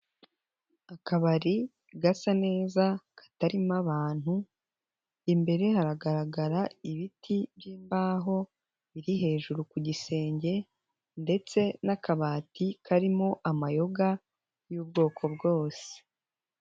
Akabari gasa neza katarimo abantu, imbere haragaragara ibiti by'imbaho, biri hejuru ku gisenge ndetse n'akabati karimo amayoga y'ubwoko bwose.